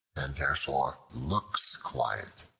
and therefore looks quiet.